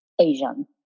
Asian